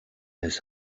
his